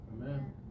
Amen